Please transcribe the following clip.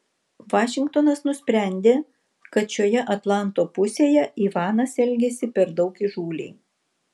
vašingtonas nusprendė kad šioje atlanto pusėje ivanas elgiasi per daug įžūliai